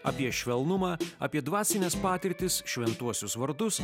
apie švelnumą apie dvasines patirtis šventuosius vardus